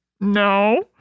no